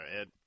Ed